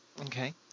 Okay